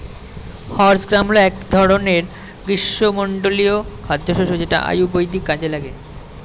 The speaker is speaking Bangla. হর্স গ্রাম হল এক ধরনের গ্রীষ্মমণ্ডলীয় খাদ্যশস্য যেটা আয়ুর্বেদীয় কাজে লাগে